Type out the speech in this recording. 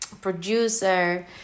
producer